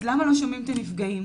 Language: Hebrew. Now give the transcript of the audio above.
אז למה לא שומעים את הנפגעים?